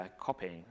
copying